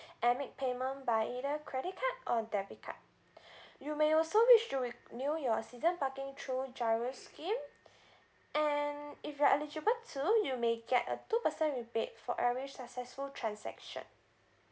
and make payment by either credit card or debit card you may also wish to renew your season parking through giro scheme and if you're eligible to you may get a two percent rebate for every successful transaction